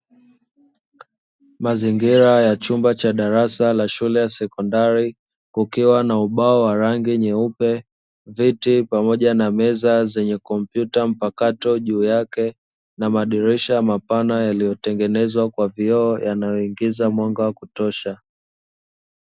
Mazingira ya chumba cha darasa la shule ya sekondari, kukiwa na ubao wa rangi nyeupe viti pamoja na meza zenye kompyuta mpakato juu yake, na madirisha mapana yaliyotengenezwa kwa vioo yanayoingiza mwanga wa kutosha.